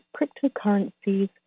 cryptocurrencies